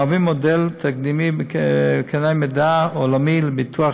ומהווים מודל תקדימי בקנה מידה עולמי לביטוח